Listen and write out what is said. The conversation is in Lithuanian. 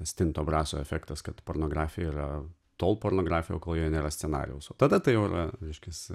tas tinto braso efektas kad pornografija yra tol pornografija kol joje nėra scenarijaus o tada ta jau yra reiškias